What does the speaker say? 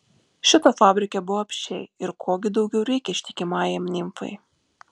šito fabrike buvo apsčiai ir ko gi daugiau reikia ištikimajai nimfai